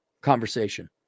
conversation